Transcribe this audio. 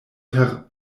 per